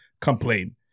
complain